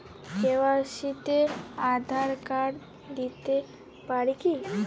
KYC তে Aadhaar card দিতে পারি কি?